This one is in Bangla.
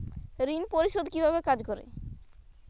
ঋণ পরিশোধ কিভাবে কাজ করে?